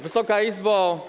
Wysoka Izbo!